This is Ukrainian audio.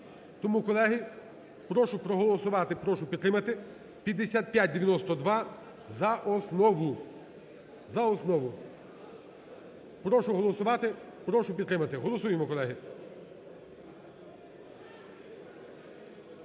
Тому, колеги, прошу проголосувати, прошу підтримати 5592 за основу. За основу. Прошу голосувати, прошу підтримати, голосуємо, колеги.